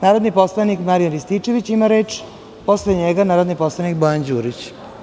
Narodni poslanik Marijan Rističević ima reč, a posle njega narodni poslanik Bojan Đurić.